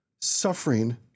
suffering